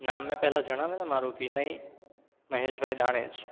નામ મેં પહેલાં જણાવ્યું ને વિનય મહેશ ભાઈ દાનેજ